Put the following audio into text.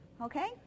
okay